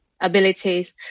abilities